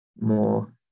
more